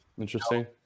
Interesting